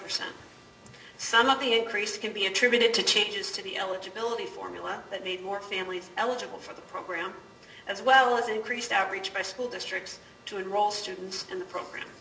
percent some of the increase can be attributed to changes to the eligibility formula that need more families eligible for the program as well as increased outreach by school districts to enroll students in the program